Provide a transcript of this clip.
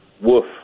Woof